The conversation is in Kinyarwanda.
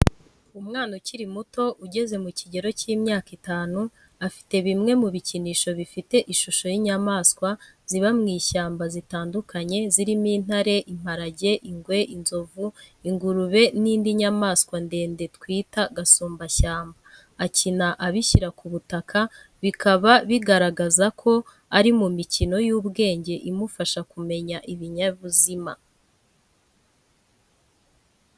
Umwana ukiri muto ugeze mu kigero cy’imyaka itanu, afite bimwe mu bikinisho bifite ishusho y’inyamaswa ziba mu ishyamba zitandukanye, zirimo intare, imparage, ingwe, inzovu, ingurube n’indi nyamanswa ndende twita gasumbashyamba. Akina abishyira ku butaka, bikaba bigaragaza ko ari mu mikino y’ubwenge imufasha mu kumenya ibinyabuzima.